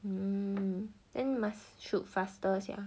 um then must should faster sia